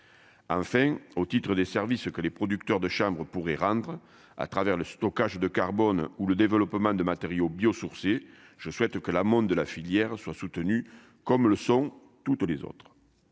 Enfin, au titre des services, ce que les producteurs de chanvre pourrait rendre à travers le stockage de carbone ou le développement de matériaux biosourcés je souhaite que la mode de la filière soit soutenu, comme le sont toutes les autres,